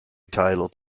titled